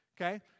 Okay